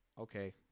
Okay